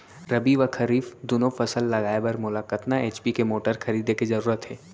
रबि व खरीफ दुनो फसल लगाए बर मोला कतना एच.पी के मोटर खरीदे के जरूरत हे?